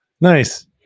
Nice